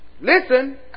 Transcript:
Listen